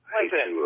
Listen